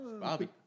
Bobby